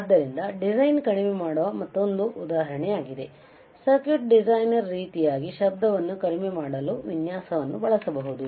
ಆದ್ದರಿಂದ ಡಿಸೈನ ಕಡಿಮೆ ಮಾಡುವ ಮತ್ತೊಂದು ಉದಾಹರಣೆಯಾಗಿದೆ ಸರ್ಕ್ಯೂಟ್ ಡಿಸೈನರ ರೀತಿಯಾಗಿ ಶಬ್ದವನ್ನು ಕಡಿಮೆ ಮಾಡಲು ವಿನ್ಯಾಸವನ್ನು ಬಳಸಬಹುದು